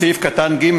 בסעיף קטן (ג)